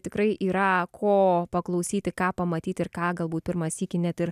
tikrai yra ko paklausyti ką pamatyti ir ką galbūt pirmą sykį net ir